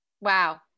Wow